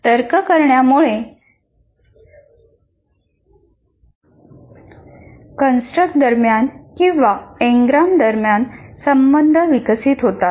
तर्क करण्यामुळे कंस्ट्रक्ट्स दरम्यान किंवा एंग्रम दरम्यान संबंध विकसित होतात